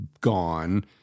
gone